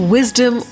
Wisdom